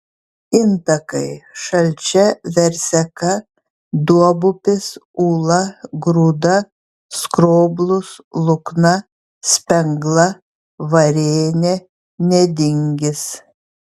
intakai šalčia verseka duobupis ūla grūda skroblus lukna spengla varėnė nedingis